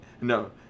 No